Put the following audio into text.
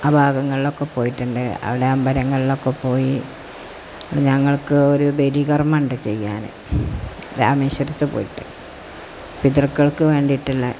ആ ഭാഗങ്ങളിലൊക്കെ പോയിട്ടുണ്ട് അവിടെ അമ്പലങ്ങളിലൊക്കെ പോയി പിന്നെ ഞങ്ങൾക്ക് ഒരു ബലി കർമമുണ്ട് ചെയ്യാന് രാമേശരത്ത് പോയിട്ട് പിതൃക്കൾക്ക് വേണ്ടിയിട്ടുള്ള